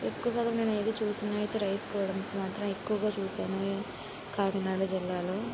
ఎక్కువ శాతం నేను ఏది చూసిననవైతే రైస్ గోడౌన్స్ మాత్రం ఎక్కువగా చూశాను కాకినాడ జిల్లాలో